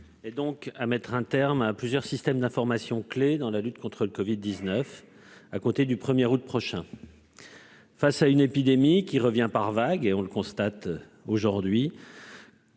1, à mettre un terme à plusieurs systèmes d'information clés dans la lutte contre le covid-19 à compter du 1 août prochain. Face à une épidémie qui revient par vagues- on le constate aujourd'hui